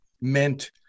meant